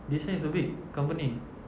D_H_L is a big company